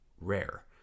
rare